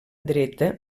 dreta